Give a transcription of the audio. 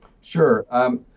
Sure